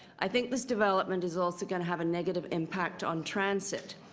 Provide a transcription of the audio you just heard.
i think this development is also going to have a negative impact on transit.